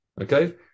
okay